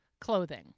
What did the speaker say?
clothing